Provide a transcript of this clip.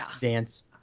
dance